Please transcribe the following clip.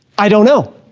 i don't know.